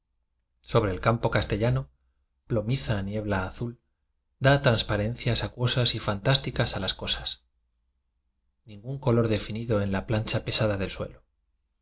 sobre el campo cas tellano plomiza niebla azul da transparen cias acuosas y fantásticas a las cosas ningún color definido en la plancha pesada del suelo